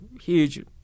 huge